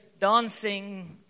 dancing